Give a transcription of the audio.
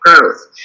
growth